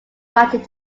writing